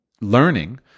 learning